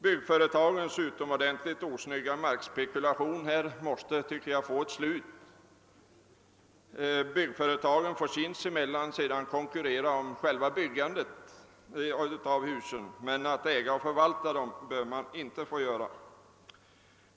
Byggföretagens utomordentligt osnygga markspekulation måste få ett slut. De får sinsemellan konkurrera om byggandet av husen, men de bör inte få äga och förvalta fastigheterna.